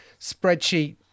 spreadsheet